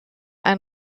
ein